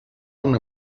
una